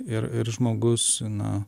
ir ir žmogus na